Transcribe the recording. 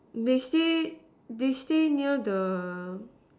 they stay they stay near the